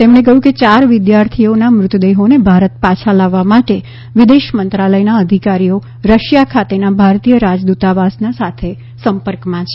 તેમણે કહ્યું કે યાર વિદ્યાર્થીઓના મૃતદેહોને ભારત પાછા લાવવા માટે વિદેશ મંત્રાલયના અધિકારીઓ રશિયા ખાતેના ભારતીય રાજદૂતાવાસ સાથે સંપર્કમાં છે